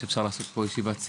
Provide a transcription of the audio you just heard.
שאפשר לעשות פה ישיבת סיעה,